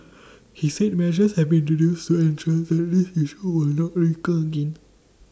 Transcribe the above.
he said measures have been introduced to ensure that this issue will not recur again